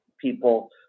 people